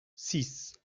six